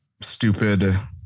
stupid